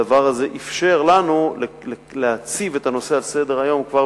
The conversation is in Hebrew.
הדבר הזה אפשר לנו להציב את הנושא על סדר-היום כבר